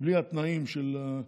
בלי התנאים של,